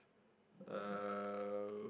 uh